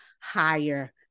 higher